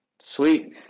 sweet